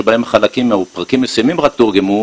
שבהם חלקים או פרקים מסוימים רק תורגמו,